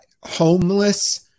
homeless